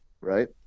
right